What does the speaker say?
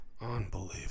Unbelievable